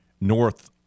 north